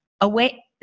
away